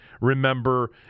Remember